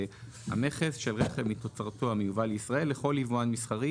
המכס של רכב מתוצרתו המיובא לישראל לכל יבואן מסחרי